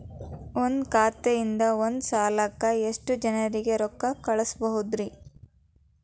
ಒಂದ್ ಖಾತೆಯಿಂದ, ಒಂದ್ ಸಲಕ್ಕ ಎಷ್ಟ ಜನರಿಗೆ ರೊಕ್ಕ ಕಳಸಬಹುದ್ರಿ?